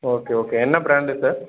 okay okay என்ன brand sir